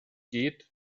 geht